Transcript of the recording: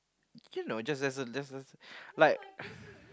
you know just as a just as a like